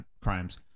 crimes